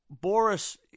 Boris